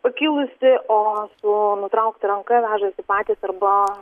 pakilusį o su nutraukta ranka vežasi patys arba